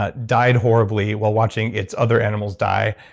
ah died horribly while watching its other animals die,